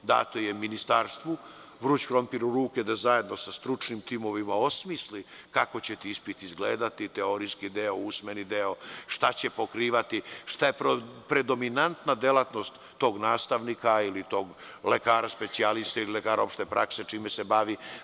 Dato je Ministarstvu vruć krompir u ruke da zajedno sa stručnim timovima osmisli, kako će ti ispiti izgledati, teorijski deo, usmeni deo, šta će pokrivati, šta je predominantna delatnost tog nastavnika ili tog lekara specijaliste ili lekara opšte prakse, čime se bavi.